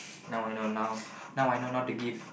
now I know now now I know not to give